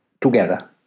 together